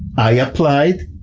i applied,